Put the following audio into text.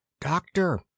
Doctor